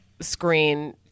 screen